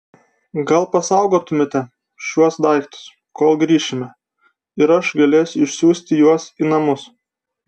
gal pasaugotumėte šiuos daiktus kol grįšime ir aš galėsiu išsiųsti juos į namus